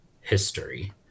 history